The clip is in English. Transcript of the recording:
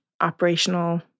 operational